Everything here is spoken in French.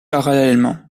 parallèlement